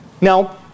Now